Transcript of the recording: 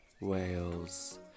Wales